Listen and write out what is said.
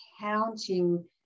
counting